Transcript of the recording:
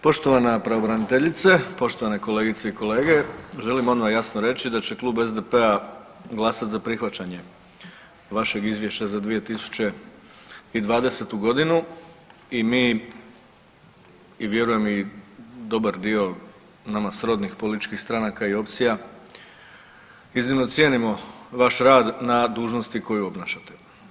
Poštovana pravobraniteljice, poštovane kolegice i kolege želim odmah jasno reći da će klub SDP-a glasat za prihvaćanje vašeg izvješća za 2020. godinu i mi i vjerujem i dobar dio nama srodnih političkih stranaka i opcija iznimno cijenimo vaš rad na dužnosti koju obnašate.